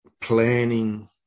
planning